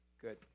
good